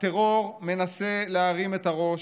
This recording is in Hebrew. הטרור מנסה להרים את הראש.